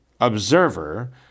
Observer